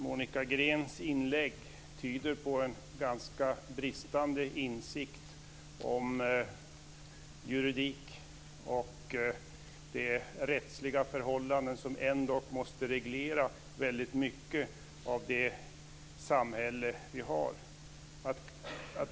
Monica Greens inlägg tyder på en bristande insikt om juridik och de rättsliga förhållanden som måste reglera mycket av samhället.